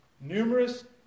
numerous